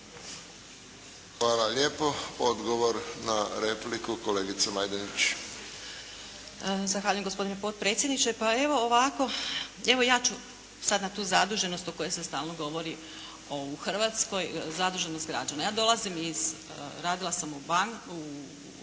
Hvala lijepo. Odgovor na repliku, kolegica Majdenić. **Majdenić, Nevenka (HDZ)** Zahvaljujem gospodine potpredsjedniče. Pa evo ovako, evo ja ću sada na tu zaduženost o kojoj se stalno govori u Hrvatskoj, zaduženost građana. Ja dolazim iz, radila sam u bankarstvu